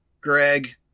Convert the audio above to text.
Greg